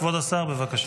כבוד השר, בבקשה.